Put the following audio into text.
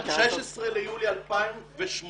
16 ביולי 2018,